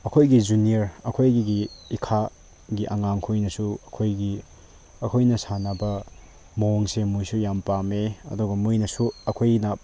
ꯑꯩꯈꯣꯏꯒꯤ ꯖꯨꯅꯤꯌꯔ ꯑꯩꯈꯣꯏꯒꯤ ꯏꯈꯥꯒꯤ ꯑꯉꯥꯡꯈꯣꯏꯅꯁꯨ ꯑꯩꯈꯣꯏꯒꯤ ꯑꯩꯈꯣꯏꯅ ꯁꯥꯟꯅꯕ ꯃꯑꯣꯡꯁꯦ ꯃꯣꯏꯁꯨ ꯌꯥꯝ ꯄꯥꯝꯃꯦ ꯑꯗꯨꯒ ꯃꯣꯏꯅꯁꯨ ꯑꯩꯈꯣꯏꯅ